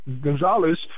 Gonzalez